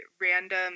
random